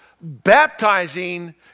baptizing